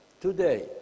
today